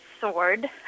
sword